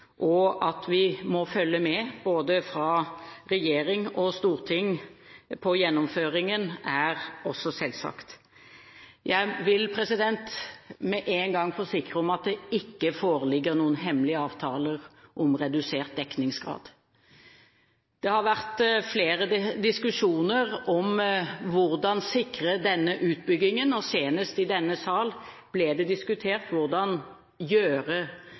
og at vi må følge med både fra regjering og storting på gjennomføringen, er også selvsagt. Jeg vil med en gang forsikre om at det ikke foreligger noen hemmelige avtaler om redusert dekningsgrad. Det har vært flere diskusjoner om hvordan en skal sikre denne utbyggingen, og senest i denne sal ble det diskutert hvordan en skal gjøre